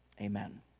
amen